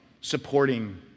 supporting